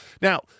Now